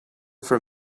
for